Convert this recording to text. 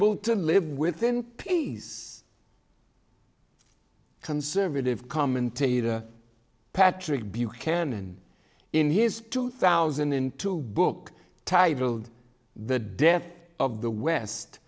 to live within please conservative commentator patrick buchanan in his two thousand and two book titled the death of the west